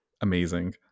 amazing